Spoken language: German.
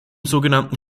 sogenannten